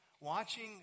watching